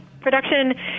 production